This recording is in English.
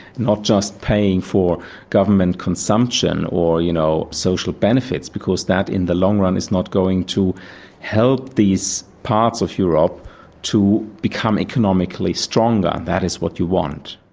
not just paying for government consumption or, you know, social benefits, because that in the long run is not going to help these parts of europe to become economically stronger. that is what you want.